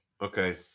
okay